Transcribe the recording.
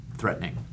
threatening